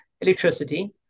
electricity